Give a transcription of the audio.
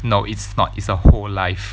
no it's not it's a whole life